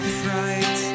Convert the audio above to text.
fright